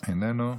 איננו,